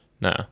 No